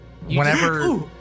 whenever